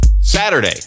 Saturday